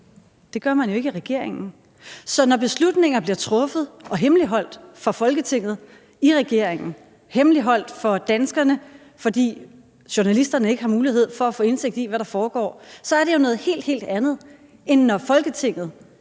Det gør man jo ikke i regeringen. Så når beslutninger bliver truffet og hemmeligholdt for Folketinget i regeringen, hemmeligholdt for danskerne, for journalisterne har ikke mulighed for at få indsigt i, hvad der foregår, så er det jo noget helt, helt andet, end når Folketinget